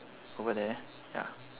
over there ya